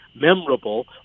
memorable